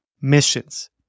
missions